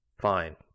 Fine